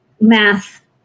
math